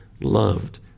loved